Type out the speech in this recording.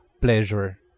pleasure